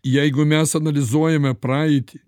jeigu mes analizuojame praeitį